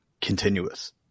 continuous